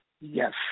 Yes